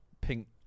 pink